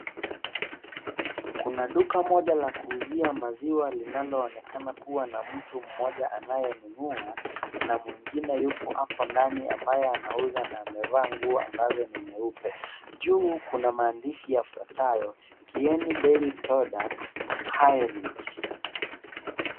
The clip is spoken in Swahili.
Kuna duka moja la kuuzia maziwa linaloonekana kuwa na mtu mmoja anayenunua na mwingine yupo ako ndani ambaye anauza na amevaa nguo ambazo ni nyeupe. Juu kuna maandishi yafuatayo Kieni Diary Products Highridge .